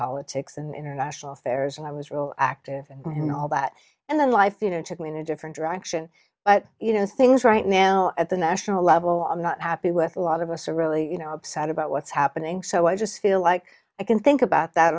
politics and international affairs and i was real active in all that and then life you know took me in a different direction but you know things right now at the national level i'm not happy with a lot of us are really you know upset about what's happening so i just feel like i can think about that